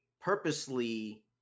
purposely